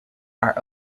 are